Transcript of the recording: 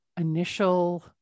initial